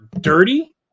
dirty